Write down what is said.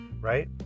right